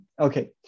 Okay